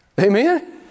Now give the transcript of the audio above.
Amen